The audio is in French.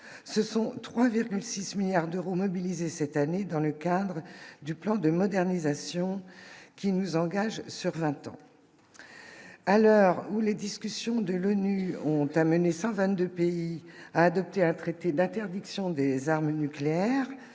ce sont 3,6 milliards d'euros mobilisés cette année dans le cadre du plan de modernisation qui nous engage sur 20 ans à l'heure où les discussions de l'ONU ont amené 122 pays à adopter un traité d'interdiction des armes nucléaires,